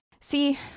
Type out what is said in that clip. See